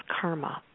karma